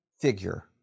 figure